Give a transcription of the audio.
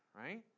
right